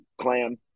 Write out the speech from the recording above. clan